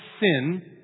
sin